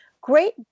Great